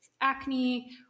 acne